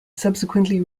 subsequently